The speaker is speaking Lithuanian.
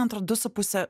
man atrodo du su puse